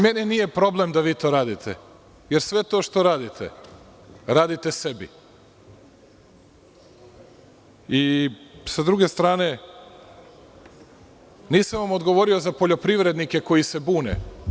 Meni nije problem da vi to radite, jer sve to što radite, radite sebi i sa druge strane, nisam vam odgovorio za poljoprivrednike koji se bune.